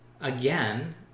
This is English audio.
again